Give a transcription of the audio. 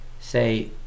say